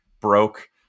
broke